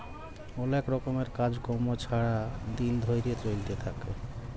অলেক রকমের কাজ কম্ম ছারা দিল ধ্যইরে চইলতে থ্যাকে